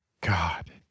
God